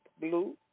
blue